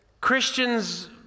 Christians